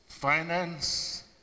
Finance